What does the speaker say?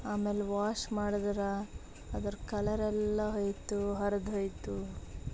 ಆಮೇಲ್ ವಾಶ್ ಮಾಡಿದ್ರೆ ಅದ್ರ ಕಲರೆಲ್ಲ ಹೊಯ್ತು ಹರಿದ್ಹೋಯ್ತು